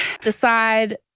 decide